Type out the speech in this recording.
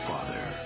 Father